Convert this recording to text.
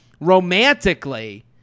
romantically